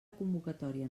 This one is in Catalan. convocatòria